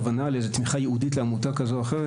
לאיזה תמיכה ייעודית לעמותה כזו או אחרת,